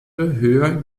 höher